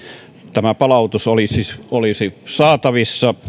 tämä palautus olisi saatavissa